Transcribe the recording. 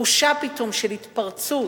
תחושה פתאום של התפרצות,